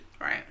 right